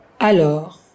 Alors